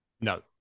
No